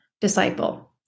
disciple